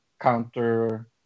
counter